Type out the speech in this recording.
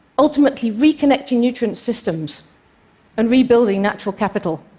ultimately reconnecting nutrients systems and rebuilding natural capital?